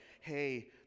hey